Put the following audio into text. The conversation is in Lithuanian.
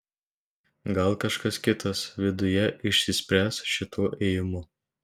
gal kažkas kitas viduje išsispręs šituo ėjimu